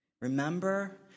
Remember